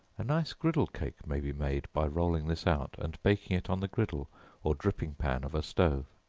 a nice griddle cake may be made by rolling this out, and baking it on the griddle or dripping-pan of a stove.